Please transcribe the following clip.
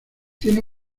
tiene